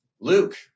Luke